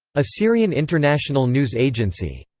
assyrian international news agency